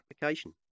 application